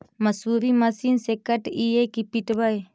मसुरी मशिन से कटइयै कि पिटबै?